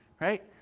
Right